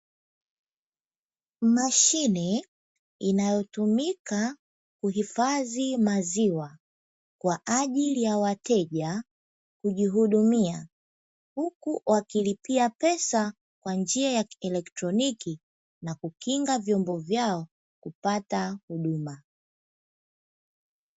Mashine inayotumika kuhifadhi maziwa kwa ajili ya wateja kujihudumia, huku wakilipia pesa kwa njia ya kielektroniki na kukinga vyombo vyao kupata huduma.